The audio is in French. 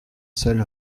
seul